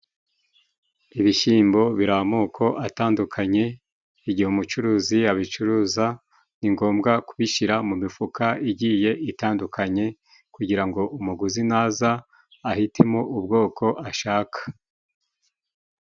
Ibishyimbo biri amoko atandukanye, igihe umucuruzi abicuruza ni ngombwa kubishyira mu mifuka igiye itandukanye, kugira ngo umuguzi naza ahitemo ubwoko ashaka.